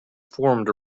formed